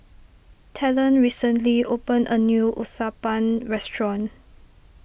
Talen recently opened a new Uthapam restaurant